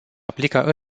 aplică